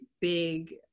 big